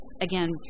again